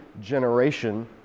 generation